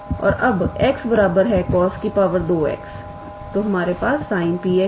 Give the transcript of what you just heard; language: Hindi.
तो हमारे पास 𝑠𝑖𝑛𝑝𝑥 है